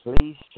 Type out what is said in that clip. please